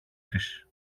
της